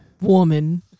Woman